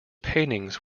paintings